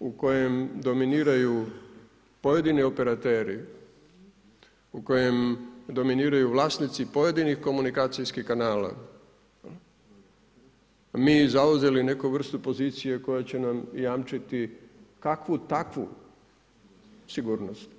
u kojem dominiraju pojedini operateri, u kojem dominiraju vlasnici pojedinih komunikacijskih kanala, mi zauzeli, neku vrstu pozicije, koja će nam jamčiti kakvu takvu sigurnost.